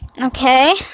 Okay